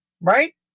Right